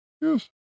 Yes